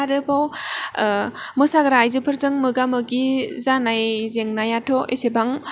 आरोबाव मोसाग्रा आइजोफोरजों मोगा मोगि जानाय जेंनायाथ' एसेबां